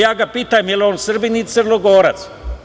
Ja ga pitam – je li on Srbin ili Crnogorac?